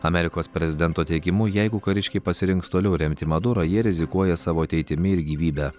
amerikos prezidento teigimu jeigu kariškiai pasirinks toliau remti madurą jie rizikuoja savo ateitimi ir gyvybe